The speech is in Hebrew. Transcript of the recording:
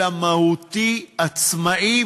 אלא מהותי עצמאי,